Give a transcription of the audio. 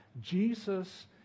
Jesus